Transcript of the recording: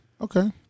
Okay